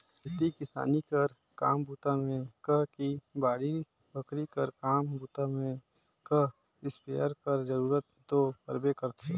खेती किसानी कर काम बूता मे कह कि बाड़ी बखरी कर काम बूता मे कह इस्पेयर कर जरूरत दो परबे करथे